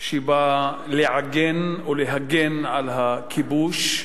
שבא לעגן, או להגן על הכיבוש.